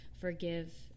Forgive